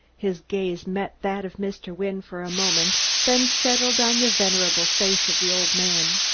his gaze met that of mr. wynne for a moment, then settled on the venerable face of the old man.